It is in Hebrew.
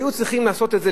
היו צריכים לעשות את זה,